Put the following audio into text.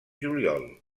juliol